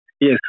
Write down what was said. Yes